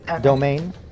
Domain